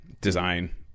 design